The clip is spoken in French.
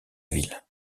ville